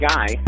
Guy